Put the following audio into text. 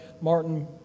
Martin